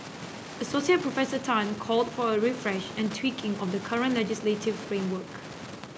association Professor Tan called for a refresh and tweaking of the current legislative framework